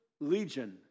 Legion